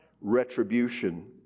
retribution